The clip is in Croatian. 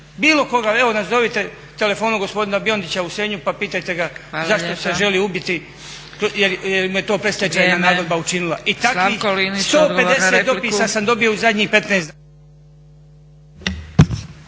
bilo koga, evo nazovite telefonom gospodina Biondića u Senju pa pitajte ga zašto se želi ubiti jer mu je to predstečajna nagodba učinila. I takvih 150 dopisa sam dobio u zadnjih 15…